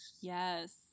yes